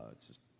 it's just.